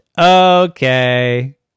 okay